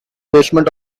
basement